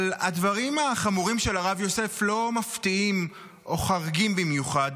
אבל הדברים החמורים של הרב יוסף הם לא מפתיעים או חריגים במיוחד.